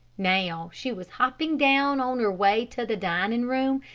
now she was hopping down on her way to the dining room,